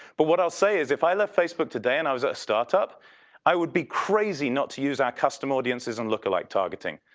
but what i'll say is if i left facebook today, and i was a start-up i would be crazy not to use our custom audiences and look-alike targeting.